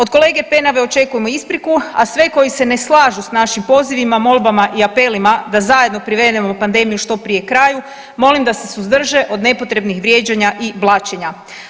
Od kolege Penave očekujemo ispriku, a sve koji se ne slažu s našim poziva, molbama i apelima da zajedno privedemo pandemiju što prije kraju, molim da se suzdrže od nepotrebnih vrijeđanja i blaćenja.